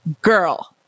girl